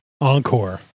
Encore